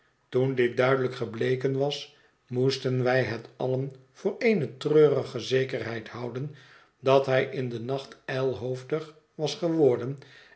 toen dit duidelijk gebleken was moesten wij het allen voor eene treurige zekerheid houden dat hij in den nacht ijlhoofdig was geworden